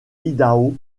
idaho